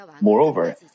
Moreover